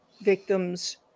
victims